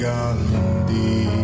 Gandhi